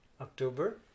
October